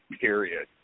period